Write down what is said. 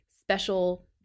special